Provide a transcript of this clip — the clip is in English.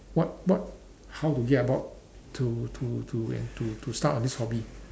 what what how to get about to to to and to to start on this hobby